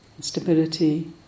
stability